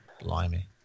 Blimey